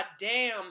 goddamn